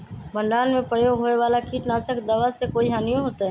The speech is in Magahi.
भंडारण में प्रयोग होए वाला किट नाशक दवा से कोई हानियों होतै?